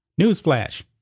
Newsflash